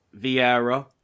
Vieira